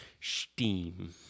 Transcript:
Steam